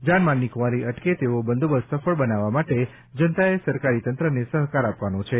જાનમાલની ખુવારી અટકે તેવો બંદોબસ્ત સફળ બનાવવા માટે જનતાએ સરકારી તંત્રને સહકાર આપવાનો છે